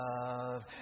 love